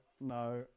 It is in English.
no